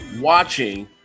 watching